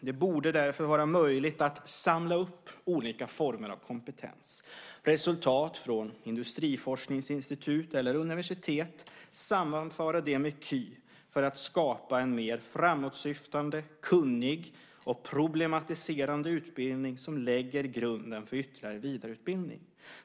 Det borde därför vara möjligt att samla upp olika former av kompetens, resultat från industriforskningsinstitut eller universitet och sammanföra dem med KY för att skapa en mer framåtsyftande, kunnig och problematiserande utbildning som lägger grunden för ytterligare vidareutbildning.